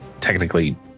technically